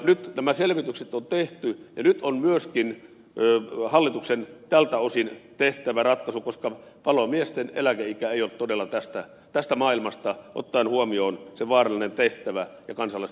nyt nämä selvitykset on tehty ja nyt on myöskin hallituksen tältä osin tehtävä ratkaisu koska palomiesten eläkeikä ei ole todella tästä maailmasta ottaen huomioon se vaarallinen tehtävä ja kansalaisten turvallisuus